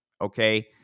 okay